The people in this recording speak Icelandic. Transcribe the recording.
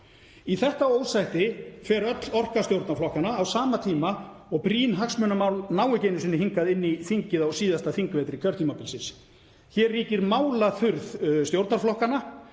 Í þetta ósætti fer öll orka stjórnarflokkanna á sama tíma og brýn hagsmunamál ná ekki einu sinni hingað inn í þingið á síðasta þingvetri kjörtímabilsins. Hér ríkir málaþurrð stjórnarflokkanna.